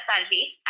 salvi